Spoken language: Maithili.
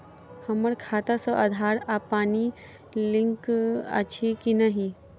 हम्मर खाता सऽ आधार आ पानि लिंक अछि की नहि?